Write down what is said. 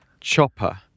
chopper